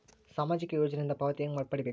ಸಾಮಾಜಿಕ ಯೋಜನಿಯಿಂದ ಪಾವತಿ ಹೆಂಗ್ ಪಡಿಬೇಕು?